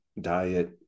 diet